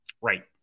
Right